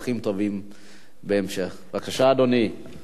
אדוני היושב-ראש, חברי חברי הכנסת, כבוד השר,